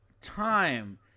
time